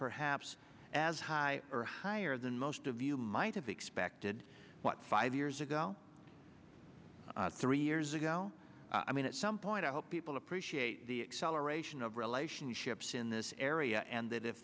perhaps as high or higher than most of you might have expected what five years ago three years ago i mean at some point i hope people appreciate the acceleration of relationships in this area and that if